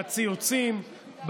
בציוצים,